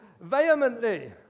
vehemently